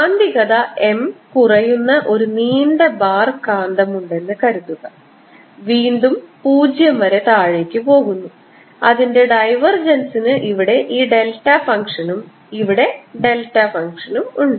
കാന്തികത M കുറയുന്ന ഒരു നീണ്ട ബാർ കാന്തം ഉണ്ടെന്നു കരുതുക വീണ്ടും 0 വരെ താഴേക്ക് പോകുന്നുഅതിന്റെ ഡൈവർജൻസിന് ഇവിടെ ഈ ഡെൽറ്റ ഫംഗ്ഷനും ഇവിടെ ഡെൽറ്റ ഫംഗ്ഷനും ഉണ്ട്